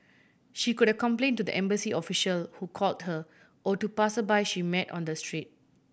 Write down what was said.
she could complain to the embassy official who called her or to passersby she met on the street